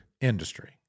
industry